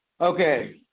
Okay